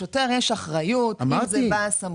לשוטר יש אחריות, יש סמכות.